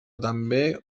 també